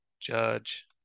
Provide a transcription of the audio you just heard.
judge